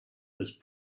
with